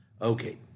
Okay